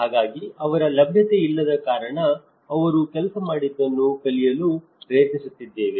ಹಾಗಾಗಿ ಅವರ ಲಭ್ಯತೆಯಿಲ್ಲದ ಕಾರಣ ಅವರು ಕೆಲಸ ಮಾಡಿದ್ದನ್ನು ಕಲಿಯಲು ಪ್ರಯತ್ನಿಸುತ್ತಿದ್ದೇನೆ